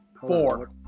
four